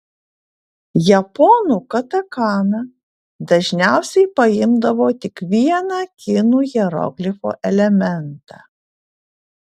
japonų katakana dažniausiai paimdavo tik vieną kinų hieroglifo elementą